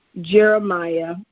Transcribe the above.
Jeremiah